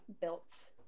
built